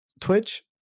Twitch